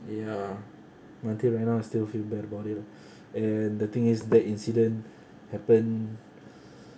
ya until right now I still feel bad about it lah and the thing is the incident happen